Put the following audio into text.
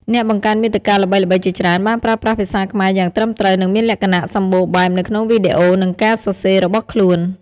អ្នកបង្កើតមាតិកាល្បីៗជាច្រើនបានប្រើប្រាស់ភាសាខ្មែរយ៉ាងត្រឹមត្រូវ និងមានលក្ខណៈសម្បូរបែបនៅក្នុងវីដេអូ និងការសរសេររបស់ខ្លួន។